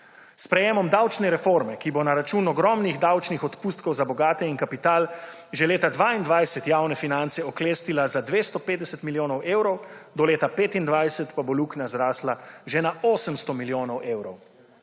S sprejetjem davčne reforme, ki bo na račun ogromnih davčnih odpustkov za bogate in kapital že leta 2022 javne finance oklestila za 250 milijonov evrov, do leta 2025 pa bo luknja zrasla že na 800 milijonov evrov.